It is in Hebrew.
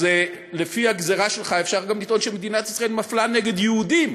אז לפי הגזירה שלך אפשר גם לטעון שמדינת ישראל מפלה נגד יהודים,